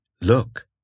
Look